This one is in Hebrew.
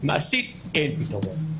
מעשית אין פתרון.